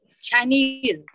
chinese